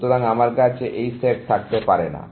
সুতরাং আমার কাছে এই সেট থাকতে পারে না